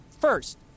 First